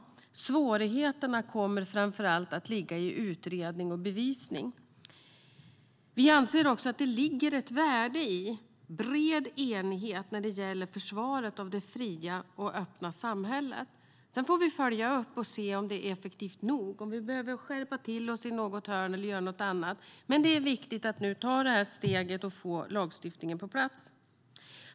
Svårigheterna kommer framför allt att ligga i utredning och bevisning. Vi anser också att det ligger ett värde i bred enighet när det gäller försvaret av det fria och öppna samhället. Sedan får vi följa upp det hela och se om det är effektivt nog och om vi behöver skärpa till oss i något hörn eller göra någonting annat. Men det är viktigt att nu ta detta steg och få lagstiftningen på plats.